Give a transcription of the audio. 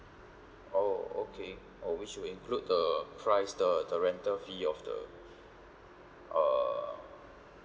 oh okay oh we should include the price the the rental fee of the uh